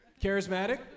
Charismatic